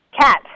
cat